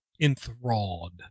enthralled